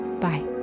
bye